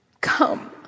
come